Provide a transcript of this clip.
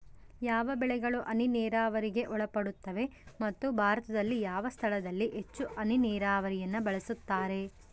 ಯಾವ ಬೆಳೆಗಳು ಹನಿ ನೇರಾವರಿಗೆ ಒಳಪಡುತ್ತವೆ ಮತ್ತು ಭಾರತದಲ್ಲಿ ಯಾವ ಸ್ಥಳದಲ್ಲಿ ಹೆಚ್ಚು ಹನಿ ನೇರಾವರಿಯನ್ನು ಬಳಸುತ್ತಾರೆ?